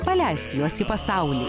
paleisk juos į pasaulį